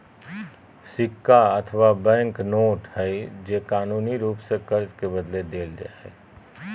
सिक्का अथवा bank note हइ जे कानूनी रूप से कर्ज के बदले देल जा हइ